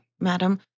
madam